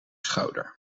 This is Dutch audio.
schouder